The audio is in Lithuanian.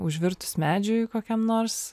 užvirtus medžiui kokiam nors